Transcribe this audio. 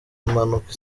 impanuka